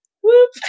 Whoop